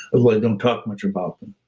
like um talk much about them,